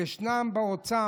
וישנם באוצר.